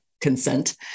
consent